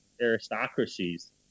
aristocracies